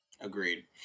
Agreed